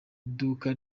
duka